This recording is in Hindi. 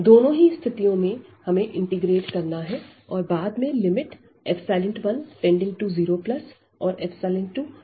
दोनों ही स्थितियों में हमें इंटीग्रेट करना है और बाद में लिमिट 10 और 20लेनीहै